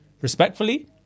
respectfully